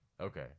Okay